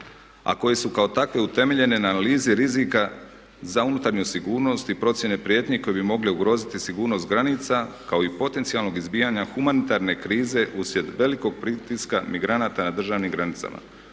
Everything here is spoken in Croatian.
a koji su kao takve utemeljene na analizi rizika za unutarnju sigurnost i procjene prijetnji koje bi mogle ugroziti sigurnost granica kao i potencijalnog izbijanja humanitarne krize uslijed velikog pritiska migranata na državnim granicama.